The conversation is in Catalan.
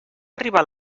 arribar